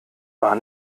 war